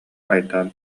айдаан